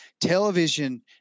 television